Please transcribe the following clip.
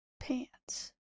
pants